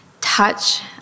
touch